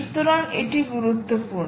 সুতরাং এটি গুরুত্বপূর্ণ